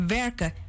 werken